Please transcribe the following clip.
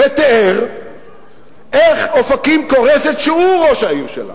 ותיאר איך אופקים קורסת, והוא ראש העיר שלה.